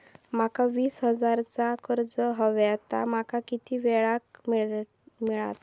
माका वीस हजार चा कर्ज हव्या ता माका किती वेळा क मिळात?